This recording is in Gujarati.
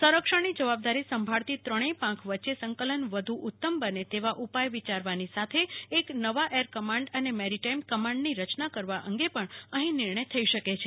સંરક્ષણની જવાબદારી સાંભળતી ત્રણેય પાંખ વચ્ચે સંકલન વધુ ઉત્તમ બને તેવા ઉપાય વિચારવાની સાથે એક નવા એર કમાન્ડ અને મેરિટાઈમ કમાન્ડની રચના કરવા અંગે પણ અહી નિર્ણય થઈ શકે છે